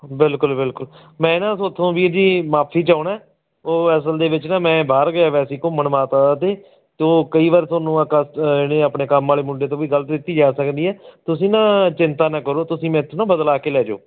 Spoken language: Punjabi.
ਬਿਲਕੁਲ ਬਿਲਕੁਲ ਮੈਂ ਨਾ ਤੁਹਾਡੇ ਤੋਂ ਵੀਰ ਜੀ ਮਾਫੀ ਚਾਹੁੰਦਾ ਉਹ ਅਸਲ ਦੇ ਵਿੱਚ ਨਾ ਮੈਂ ਬਾਹਰ ਗਿਆ ਵਾ ਸੀ ਘੁੰਮਣ ਮਾਤਾ ਦੇ ਅਤੇ ਉਹ ਕਈ ਵਾਰ ਤੁਹਾਨੂੰ ਕਸ ਜਿਹੜੇ ਆਪਣੇ ਕੰਮ ਵਾਲੇ ਮੁੰਡੇ ਤੋਂ ਵੀ ਗਲਤ ਦਿੱਤੀ ਜਾ ਸਕਦੀ ਹੈ ਤੁਸੀਂ ਨਾ ਚਿੰਤਾ ਨਾ ਕਰੋ ਤੁਸੀਂ ਮੇਰੇ ਤੋਂ ਨਾ ਬਦਲਾ ਕੇ ਲੈ ਜਾਇਓ